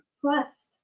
trust